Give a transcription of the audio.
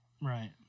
Right